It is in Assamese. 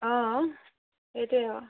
অঁ সেইটোৱ অঁ